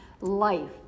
life